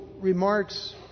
remarks